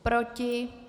Proti?